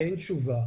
אין תשובה.